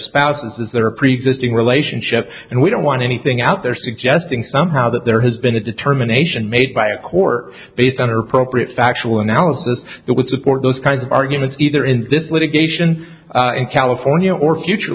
spouses that are preexisting relationship and we don't want anything out there suggesting somehow that there has been a determination made by a court based on appropriate factual analysis that would support those kinds of arguments either in this litigation in california or future